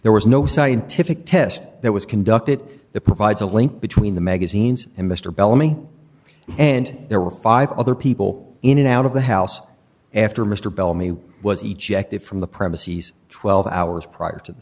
there was no scientific test that was conducted the provides a link between the magazines and mr bellamy and there were five other people in and out of the house after mr bellamy was he checked it from the premises twelve hours prior to the